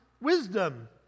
wisdom